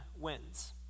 wins